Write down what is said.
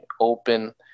open